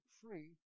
free